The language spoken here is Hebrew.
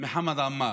מחמד עמאר,